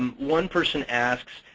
um one person asks,